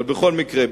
אבל בכל מקרה,